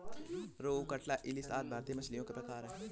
रोहू, कटला, इलिस आदि भारतीय मछलियों के प्रकार है